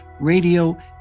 radio